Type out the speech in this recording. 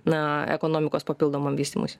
na ekonomikos papildomam vystymuisi